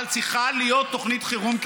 אבל צריכה להיות תוכנית חירום,